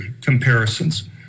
comparisons